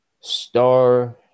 Star